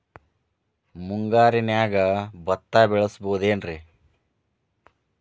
ಮುಂಗಾರಿನ್ಯಾಗ ಭತ್ತ ಬೆಳಿಬೊದೇನ್ರೇ?